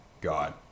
god